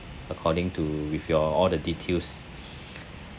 according to with your all the details